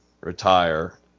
retire